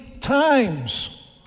times